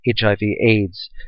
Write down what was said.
HIV-AIDS